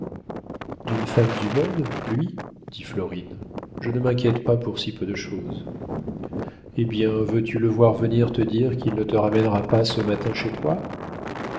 d'une femme du monde lui dit florine je ne m'inquiète pas pour si peu de chose hé bien veux-tu le voir venir te dire qu'il ne te ramènera pas ce matin chez toi